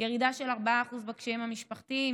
ירידה של 4% בקשיים המשפחתיים,